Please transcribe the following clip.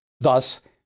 Thus